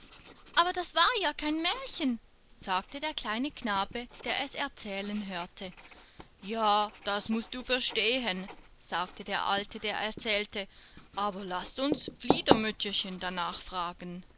aber das war ja kein märchen sagte der kleine knabe der es erzählen hörte ja das mußt du verstehen sagte der alte der erzählte aber laß uns fliedermütterchen danach fragen